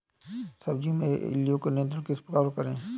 सब्जियों में इल्लियो का नियंत्रण किस प्रकार करें?